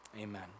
Amen